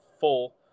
full